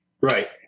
Right